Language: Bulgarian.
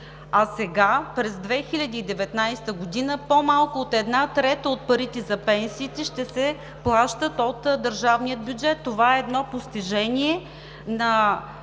А сега, през 2019 г., по-малко от една трета от парите за пенсиите ще се плащат от държавния бюджет. Това е едно постижение на